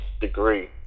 degree